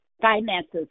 Finances